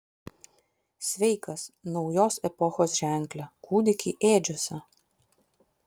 sveikas naujos epochos ženkle kūdiki ėdžiose